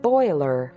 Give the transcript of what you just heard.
Boiler